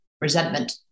resentment